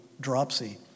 dropsy